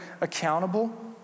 accountable